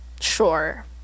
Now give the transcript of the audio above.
Sure